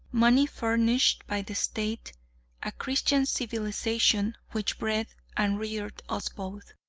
money furnished by the state a christian civilization which bred and reared us both.